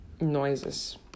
noises